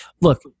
look